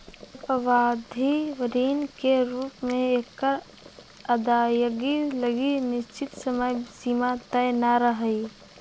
अल्पावधि ऋण के रूप में एकर अदायगी लगी निश्चित समय सीमा तय न रहऽ हइ